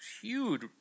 huge